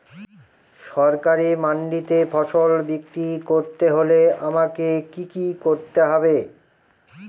সরকারি মান্ডিতে ফসল বিক্রি করতে হলে আমাকে কি কি করতে হবে?